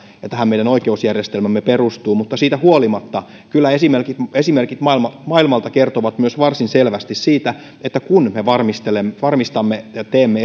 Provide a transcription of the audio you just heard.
tähän meidän oikeusjärjestelmämme perustuu mutta siitä huolimatta kyllä esimerkit maailmalta maailmalta kertovat myös varsin selvästi siitä että kun me varmistamme me varmistamme ja teemme